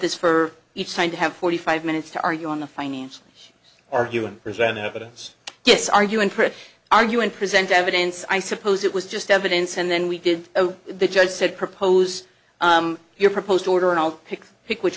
this for each side to have forty five minutes to argue on the financial arguing presented evidence yes arguing pretty argue and present evidence i suppose it was just evidence and then we did the judge said propose your proposed order and i'll pick pick which